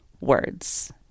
words